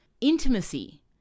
intimacy